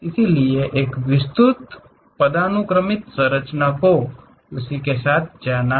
इसलिए एक विस्तृत पदानुक्रमित संरचना को उसी के साथ जाना है